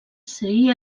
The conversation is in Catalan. seria